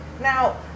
now